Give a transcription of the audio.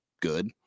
good